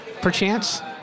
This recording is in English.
perchance